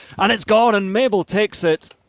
and it's gone, and mabel takes it.